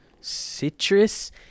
citrus